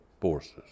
forces